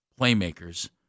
playmakers